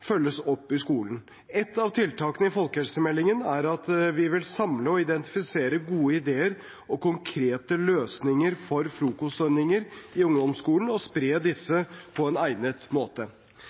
følges opp i skolen. Et av tiltakene i folkehelsemeldingen er at vi vil samle og identifisere gode ideer og konkrete løsninger for frokostordninger i ungdomsskolen og spre disse på en egnet måte.